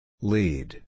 Lead